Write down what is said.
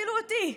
אפילו אותי,